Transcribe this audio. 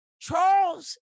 Charles